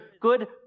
good